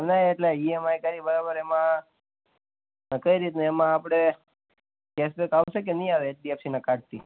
એમ નહીં એટલે E M I કરી બરાબર એમાં કઈ રીત ને એમાં આપણે કેશબેક આવશે કે નહીં આવે એચડીએફસીનાં કાર્ડથી